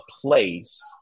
place